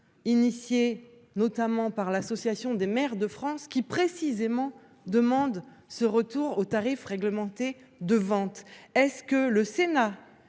initiée notamment par l'Association des maires de France qui précisément demande ce retour aux tarifs réglementés de vente. Est-ce que le Sénat